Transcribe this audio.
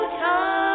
time